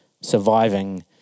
surviving